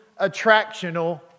attractional